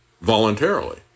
voluntarily